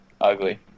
ugly